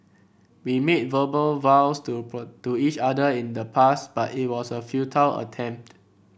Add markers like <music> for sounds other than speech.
we made verbal vows to <unintelligible> to each other in the past but it was a futile attempt